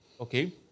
Okay